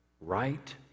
right